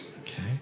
Okay